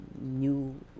new